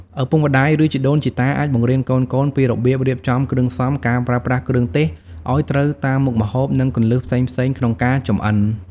ឪពុកម្តាយ ឬជីដូនជីតាអាចបង្រៀនកូនៗពីរបៀបរៀបចំគ្រឿងផ្សំ ការប្រើប្រាស់គ្រឿងទេសឱ្យត្រូវតាមមុខម្ហូប និងគន្លឹះផ្សេងៗក្នុងការចម្អិន ។